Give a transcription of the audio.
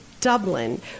Dublin